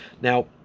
Now